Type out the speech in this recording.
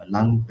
Lang